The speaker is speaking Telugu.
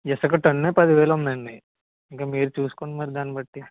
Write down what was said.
ఇసుక టన్నే పది వేలు ఉందండి ఇంక మీరు చూసుకోండి మరి దాన్ని బట్టి